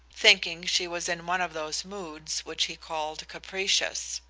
thinking she was in one of those moods which he called capricious.